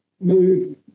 move